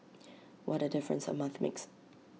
what A difference A month makes